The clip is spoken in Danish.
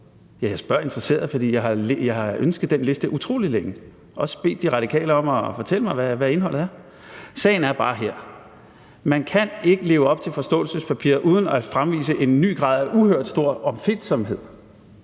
jeg spørger interesseret, for jeg har ønsket at se den liste utrolig længe og også bedt De Radikale om at fortælle mig, hvad indholdet er. Sagen her er bare: Man kan ikke leve op til forståelsespapiret uden at udvise en grad af uhørt stor opfindsomhed